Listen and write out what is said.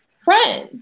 friends